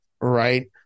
Right